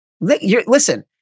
Listen